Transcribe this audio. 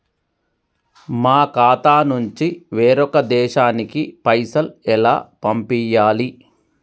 మా ఖాతా నుంచి వేరొక దేశానికి పైసలు ఎలా పంపియ్యాలి?